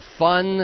fun